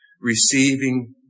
receiving